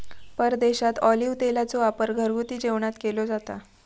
परदेशात ऑलिव्ह तेलाचो वापर घरगुती जेवणात केलो जाता